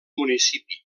municipi